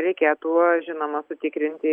reikėtų žinoma sutikrinti